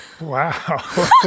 wow